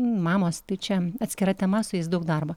mamos tai čia atskira tema su jais daug darbo